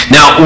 Now